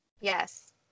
Yes